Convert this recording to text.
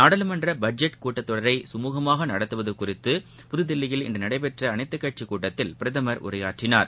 நாடாளுமன்ற பட்ஜெட் கூட்டத்தொடரை கமுகமாக நடத்துவது குறித்து புதுதில்லியில் இன்று நடைபெற்ற அனைத்துக்கட்சிக் கூட்டத்தில் பிரதமர் உரையாற்றினார்